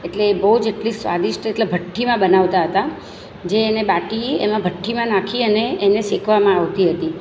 એટલે બહુ જ એટલી સ્વાદિષ્ટ એટલે ભઠ્ઠીમાં બનાવતા હતા જે એને બાટી એમાં ભઠ્ઠીમાં નાખી અને એને શેકવામાં આવતી હતી